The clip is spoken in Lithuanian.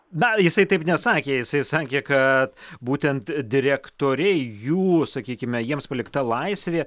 na jisai taip nesakė jisai sakė kad būtent direktoriai jų sakykime jiems palikta laisvė